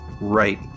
right